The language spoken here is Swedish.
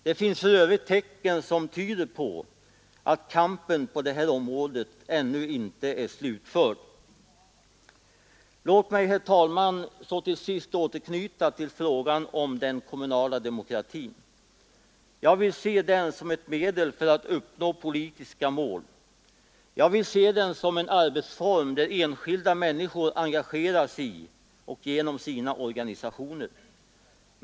Det finns för övrigt tecken som tyder på att kampen på detta område ännu inte är slutförd. Låt mig till sist, herr talman, återknyta till frågan om den kommunala demokratin. Jag vill se den som ett medel för att uppnå politiska mål. Jag vill se den som en arbetsform där enskilda människor engagerats i och genom sina organisationer.